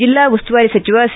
ಜಿಲ್ಲಾ ಉಸ್ತುವಾರಿ ಸಚಿವ ಸಿ